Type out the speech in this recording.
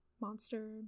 monster